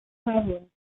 pavilion